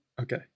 Okay